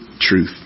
truth